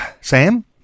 Sam